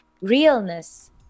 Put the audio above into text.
realness